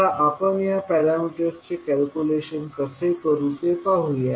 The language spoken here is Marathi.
आता आपण या पॅरामीटर्सचे कॅल्क्युलेशन कसे करू ते पाहूया